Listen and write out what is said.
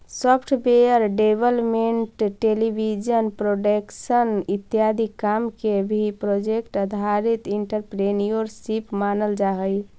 software development television production इत्यादि काम के भी प्रोजेक्ट आधारित एंटरप्रेन्योरशिप मानल जा हई